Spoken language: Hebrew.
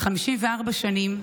54 שנים,